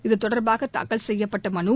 இத்தொடர்பாக தாக்கல் செய்யப்பட்ட மனு